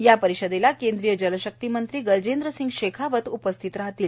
या परिषदेस केंद्रीय जलशक्ती मंत्री गजेंद्रसिंग शेखावत उपस्थित राहणार आहेत